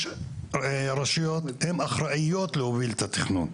יש רשויות והן אחראיות על הובלת התכנון,